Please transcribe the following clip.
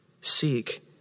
Seek